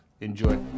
Enjoy